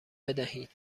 بدهید